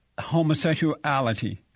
homosexuality